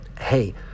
hey